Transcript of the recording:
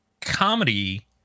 comedy